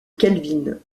kelvin